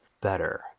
better